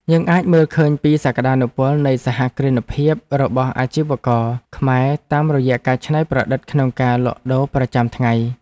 យើងអាចមើលឃើញពីសក្ដានុពលនៃសហគ្រិនភាពរបស់អាជីវករខ្មែរតាមរយៈការច្នៃប្រឌិតក្នុងការលក់ដូរប្រចាំថ្ងៃ។